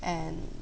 and